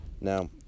Now